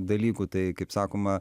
dalykų tai kaip sakoma